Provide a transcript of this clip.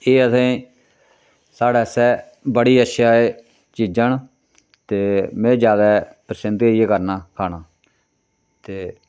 एह् असेंगी साढ़े आस्तै बड़े अच्छा एह् चीजां न ते में ज्यादा पसंद गै इ'यै करना खाना ते